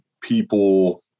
people